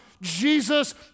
Jesus